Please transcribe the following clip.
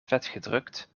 vetgedrukt